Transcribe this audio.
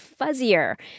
fuzzier